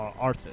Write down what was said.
Arthas